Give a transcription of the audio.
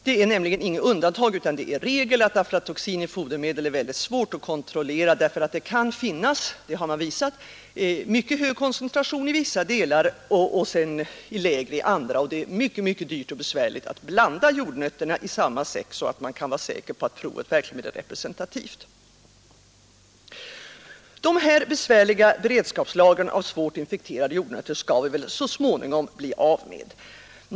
Det är nämligen inget undantag, utan regel, att aflatoxin i fodermedel är mycket svårt att kontrollera. Det kan finnas — det har man visat — i mycket hög koncentration i vissa delar och sedan i lägre i andra, och det är mycket dyrt och besvärligt att blanda jordnötterna i samma säck så att man kan vara säker på att provet verkligen är representativt. De besvärliga beredskapslagren av svårt infekterade jordnötter skall vi väl så småningom bli av med.